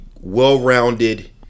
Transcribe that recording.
well-rounded